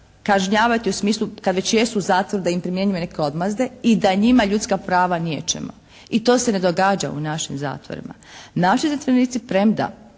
kažnjavati u smislu kad već jesu u zatvoru da im primjenjujemo neke odmazde i da njima ljudska prava niječemo. I to se ne događa u našim zatvorima. Naši zatvorenici premda,